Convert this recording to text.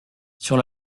sur